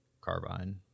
carbine